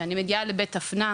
כשאני מגיעה לבית דפנה,